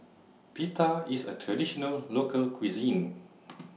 Pita IS A Traditional Local Cuisine